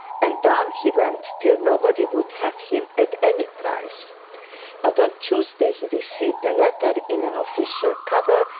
and down he went till nobody would have him at any price but on tuesday he received a letter, in an official cover,